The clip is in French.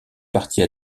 partie